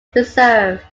preserved